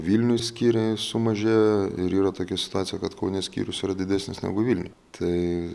vilniuj skyriai sumažėjo ir yra tokia situacija kad kaune skyrius yra didesnis negu vilniuj tai